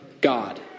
God